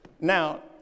Now